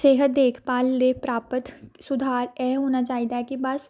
ਸਿਹਤ ਦੇਖਭਾਲ ਦੇ ਪ੍ਰਾਪਤ ਸੁਧਾਰ ਇਹ ਹੋਣਾ ਚਾਹੀਦਾ ਕਿ ਬਸ